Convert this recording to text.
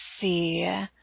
see